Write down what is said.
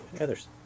others